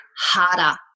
harder